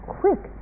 quick